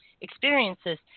experiences